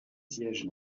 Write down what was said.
siègent